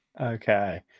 okay